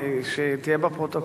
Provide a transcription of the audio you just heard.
כדי שתהיה בפרוטוקול.